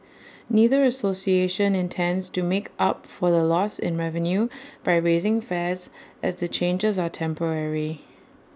neither association intends to make up for the loss in revenue by raising fares as the changes are temporary